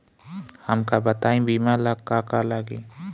हमका बताई बीमा ला का का लागी?